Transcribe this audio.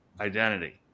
identity